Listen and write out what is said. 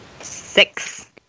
Six